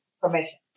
permission